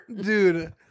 Dude